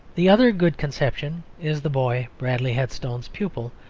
the other good conception is the boy, bradley headstone's pupil,